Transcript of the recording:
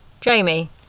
Jamie